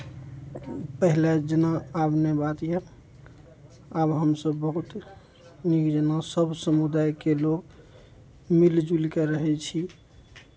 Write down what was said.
पहिले जेना आब नहि बात यए आब हमसभ बहुत नीक जेना सभ समुदायके लोक मिलि जुलि कऽ रहै छी